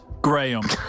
Graham